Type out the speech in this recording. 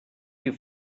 you